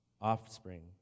offspring